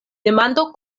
demando